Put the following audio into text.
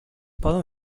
poden